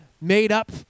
made-up